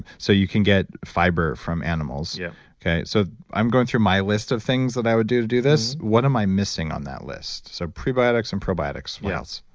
so you can get fiber from animals. yeah so i'm going through my list of things that i would do to do this. what am i missing on that list? so prebiotics and probiotics. what else?